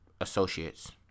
associates